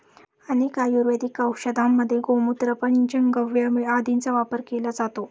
अनेक आयुर्वेदिक औषधांमध्ये गोमूत्र, पंचगव्य आदींचा वापर केला जातो